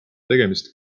tegemist